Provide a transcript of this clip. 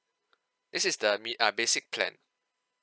this is the me~ uh basic plan